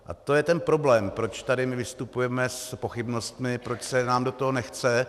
A to je ten problém, proč tady vystupujeme s pochybnostmi, proč se nám do toho nechce.